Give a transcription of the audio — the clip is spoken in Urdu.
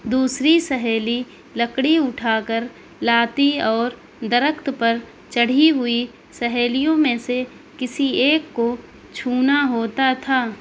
دوسری سہیلی لکڑی اٹھا کر لاتی اور درخت پر چڑھی ہوئی سہیلیوں میں سے کسی ایک کو چھونا ہوتا تھا